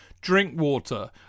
Drinkwater